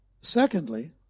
Secondly